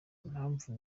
impamvu